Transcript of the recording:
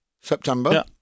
September